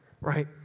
right